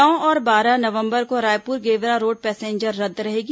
नौ और बारह नवंबर को रायपुर गेवरा रोड पैसेंजर रद्द रहेगी